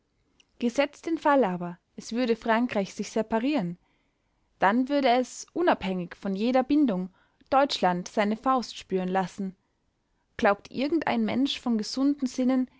gesetzt den fall aber es würde frankreich sich separieren dann würde es unabhängig von jeder bindung deutschland seine faust spüren lassen glaubt irgend ein mensch von gesunden sinnen